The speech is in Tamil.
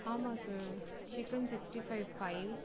ஆமாம் sir chicken sixty five five